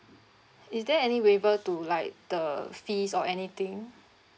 is there any waiver to like the fees or anything